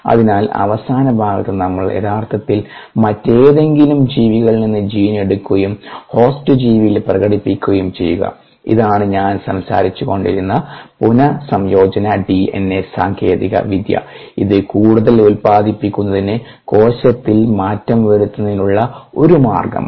അതിനാൽ അവസാന ഭാഗത്ത് നമ്മൾ യഥാർത്ഥത്തിൽ മറ്റേതെങ്കിലും ജീവികളിൽ നിന്ന് ജീൻ എടുക്കുകയും ഹോസ്റ്റ് ജീവിയിൽ പ്രകടിപ്പിക്കുകയും ചെയ്യുക ഇതാണ് ഞാൻ സംസാരിച്ചുകൊണ്ടിരുന്ന പുനർസംയോജന ഡിഎൻഎ സാങ്കേതികവിദ്യ ഇത് കൂടുതൽ ഉൽപാദിപ്പിക്കുന്നതിന് കോശത്തിൽ മാറ്റം വരുത്തുന്നതിനുള്ള ഒരു മാർഗമാണ്